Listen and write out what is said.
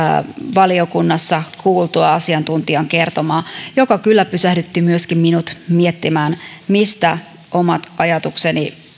valiokunnassa kuultua asiantuntijan kertomaa joka kyllä pysähdytti myöskin minut miettimään mistä omat ajatukseni